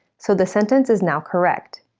so the sentence is now correct.